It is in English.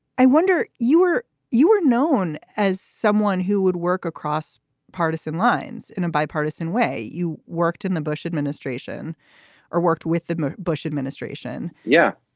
i wonder you were you were known as someone who would work across partisan lines in a bipartisan way. you worked in the bush administration or worked with the bush administration. yeah.